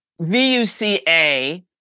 VUCA